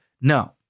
no